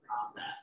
process